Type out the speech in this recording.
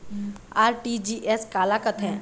RTGS काला कथें?